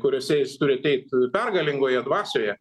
kuriuose jis turi ateit pergalingoje dvasioje